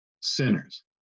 sinners